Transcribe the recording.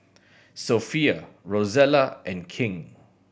Sophia Rosella and King